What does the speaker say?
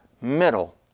middle